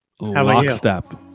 Lockstep